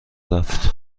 رفت